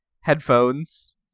Headphones